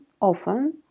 often